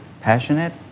passionate